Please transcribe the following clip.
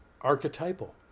archetypal